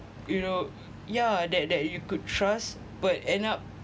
you know yeah that that you could trust but end up